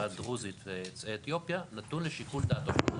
הדרוזית ויוצאי אתיופיה נתון לשיקול דעתו של הדירקטוריון.